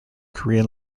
korean